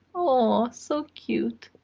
aww, so cute.